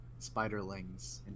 spiderlings